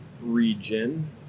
region